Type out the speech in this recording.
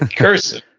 and cursing